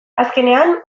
azkenean